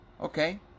Okay